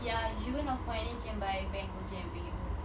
ya you go northpoint then you can buy Bang Cookies and bring it home